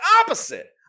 opposite